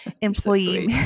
Employee